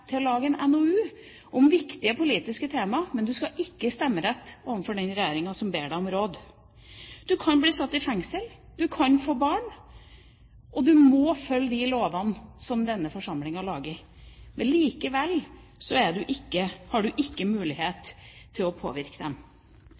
til å lage en NOU om viktige politiske tema, men man skal ikke ha stemmerett overfor den regjeringa som ber en om råd. Man kan bli satt i fengsel, man kan få barn, og man må følge de lovene som denne forsamlinga lager. Likevel har man ikke